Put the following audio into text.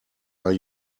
are